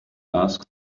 asked